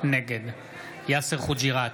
נגד יאסר חוג'יראת,